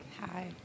Hi